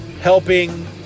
helping